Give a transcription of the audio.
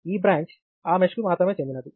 ఈ బ్రాంచ్ ఆ మెష్కు మాత్రమే చెందినది